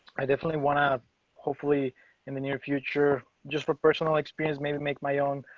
i definitely want to hopefully in the near future, just for personal experience, maybe make my own,